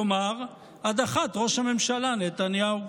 כלומר הדחת ראש הממשלה נתניהו.